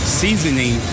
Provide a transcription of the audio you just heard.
seasoning